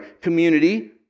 community